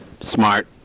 smart